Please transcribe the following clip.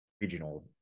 regional